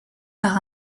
par